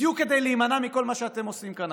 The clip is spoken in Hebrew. בדיוק כדי להימנע מכל מה שאתם עושים כאן